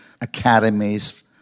academies